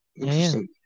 Interesting